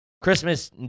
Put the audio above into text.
Christmas